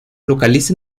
localiza